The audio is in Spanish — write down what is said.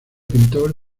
pintor